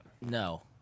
No